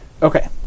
Okay